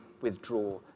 withdraw